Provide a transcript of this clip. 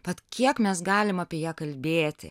vat kiek mes galim apie ją kalbėti